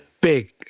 big